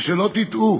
ושלא תטעו,